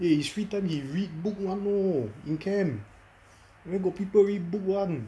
eh his free time he read book [one] hor in camp where got people read book [one]